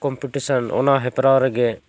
competition ᱚᱱᱟ ᱦᱮᱯᱨᱟᱣ ᱨᱮᱜᱮ